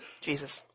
Jesus